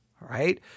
right